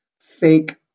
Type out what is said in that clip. fake